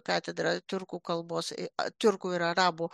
katedra tiurkų kalbos i tiurkų ir arabų